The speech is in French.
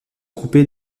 coupé